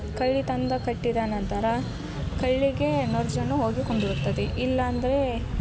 ಕಳ್ಳಿ ತಂದು ಕಟ್ಟಿದ ನಂತರ ಕಳ್ಳಿಗೆ ನೊರಜನ್ನು ಹೋಗಿ ಕುಂದುರ್ತ್ತದೆ ಇಲ್ಲಾಂದರೆ